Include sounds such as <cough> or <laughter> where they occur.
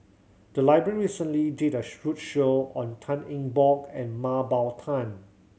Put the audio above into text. the library recently did a <unintelligible> roadshow on Tan Eng Bock and Mah Bow Tan